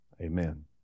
amen